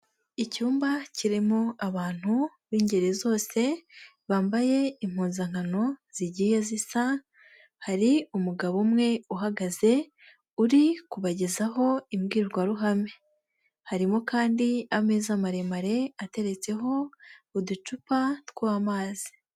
Icyumba kirimo abantu b'ingeri zose bambaye impuzankano zigiye zisa, hari umugabo umwe uhagaze uri kubagezaho imbwirwaruhame, harimo kandi ameza maremare ateretseho uducupa tw'amazi.